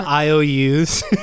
IOUs